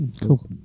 Cool